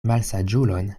malsaĝulon